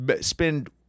Spend